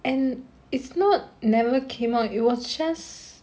and it's not never came out it was just